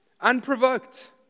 unprovoked